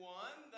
one